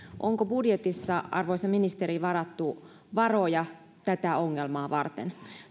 onko budjetissa arvoisa ministeri varattu varoja tätä ongelmaa varten